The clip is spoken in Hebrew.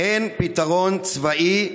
אין פתרון צבאי,